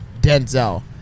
Denzel